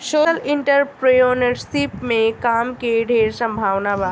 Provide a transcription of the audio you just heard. social entrepreneurship में काम के ढेर संभावना बा